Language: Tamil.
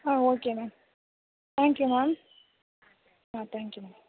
ah okay ma'am thank you ma'am ஆ தேங்க் யூ மேம்